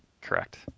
Correct